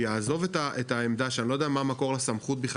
יעזוב את העמדה שאני לא יודע מה מקור הסמכות בכלל,